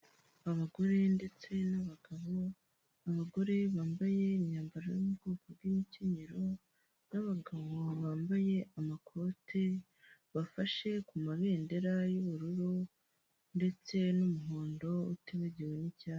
Abagore ndetse n'abagabo, abagore bambaye imyambaro yo mu bwoko bw'imikenyerero n'abagabo bambaye amakote, bafashe ku mabendera y'ubururu ndetse n'umuhondo utibagiwe n'icyayi.